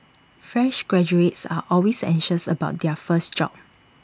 fresh graduates are always anxious about their first job